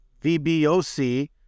VBOC